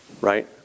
right